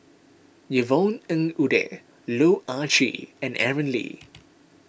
Yvonne Ng Uhde Loh Ah Chee and Aaron Lee